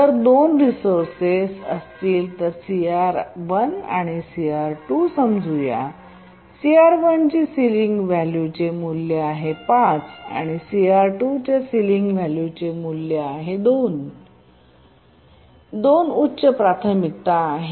जर दोन रिसोर्सेस असतील तर आपण CR1 आणि CR2 समजू या CR1 ची सिलिंग व्हॅल्यू मूल्य 5 आहे आणि CR2 ची सिलिंग व्हॅल्यू 2 आणि 2 उच्च प्राथमिकता आहे